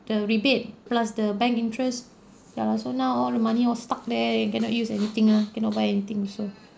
the rebate plus the bank interest ya lor so now all the money all stucked there you cannot use anything ah cannot buy anything also